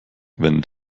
wenn